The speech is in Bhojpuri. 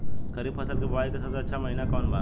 खरीफ फसल के बोआई के सबसे अच्छा महिना कौन बा?